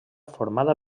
formada